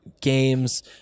games